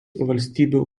valstybių